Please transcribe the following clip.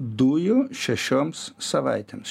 dujų šešioms savaitėms